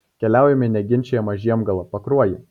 keliaujame į neginčijamą žiemgalą pakruojį